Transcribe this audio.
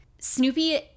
Snoopy